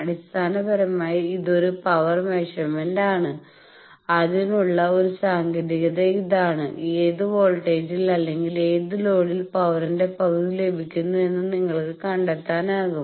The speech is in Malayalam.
അടിസ്ഥാനപരമായി ഇത് ഒരു പവർ മെഷർമെന്റ് ആണ് അതിനുള്ള ഒരു സാങ്കേതികത ഇതാണ് ഏത് വോൾട്ടേജിൽ അല്ലെങ്കിൽ ഏത് ലോഡിൽ പവറിന്റെ പകുതി ലഭിക്കുന്നു എന്ന് നിങ്ങൾക്ക് കണ്ടെത്താനാകും